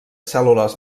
cèl·lules